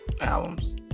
albums